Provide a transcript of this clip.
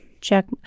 Check